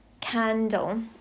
candle